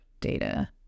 data